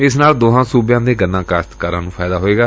ਇਸ ਨਾਲ ਦੋਹਾਂ ਸੁਬਿਆਂ ਦੇ ਗੰਨਾ ਕਾਸ਼ਤਕਾਰਾਂ ਨੂੰ ਫਾਇਦਾ ਹੋਵੇਗਾ